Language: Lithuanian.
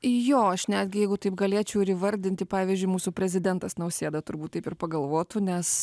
jo aš netgi jeigu taip galėčiau ir įvardinti pavyzdžiui mūsų prezidentas nausėda turbūt taip ir pagalvotų nes